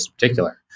particular